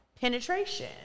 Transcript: penetration